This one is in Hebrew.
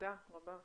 תודה רבה.